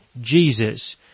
Jesus